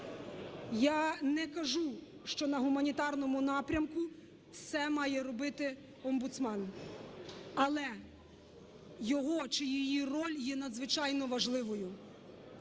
Я не кажу, що на гуманітарному напрямку все має робити омбудсмен, але його чи її роль є надзвичайно важливою.